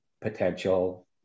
potential